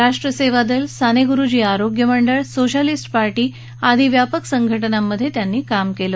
राष्ट्र सेवादल सानेगुरूजी आरोग्य मंडळ सोशॅलिस्ट पार्टी आदी व्यापक संघटनांमध्ये त्यांनी काम केलं